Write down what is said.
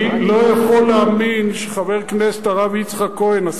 אני לא יכול להאמין שחבר הכנסת הרב יצחק כהן,